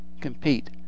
compete